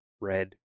red